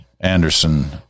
anderson